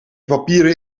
papieren